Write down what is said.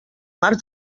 març